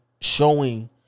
showing